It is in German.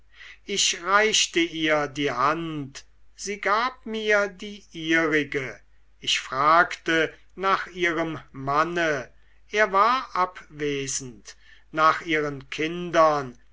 ich reichte ihr die hand sie gab mir die ihrige ich fragte nach ihrem manne er war abwesend nach ihren kindern